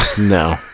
No